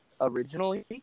originally